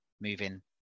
moving